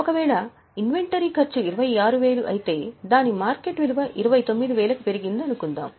ఒకవేళ ఇన్వెంటరీ ఖర్చు 26000 అయితే దాని మార్కెట్ విలువ 29000కి పెరిగింది అనుకుందాము